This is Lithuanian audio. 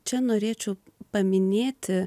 čia norėčiau paminėti